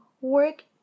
work